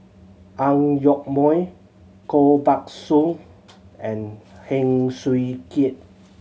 Ang Yoke Mooi Koh Buck Song and Heng Swee Keat